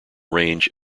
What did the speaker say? range